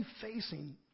facing